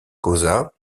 causa